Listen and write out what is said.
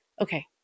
Okay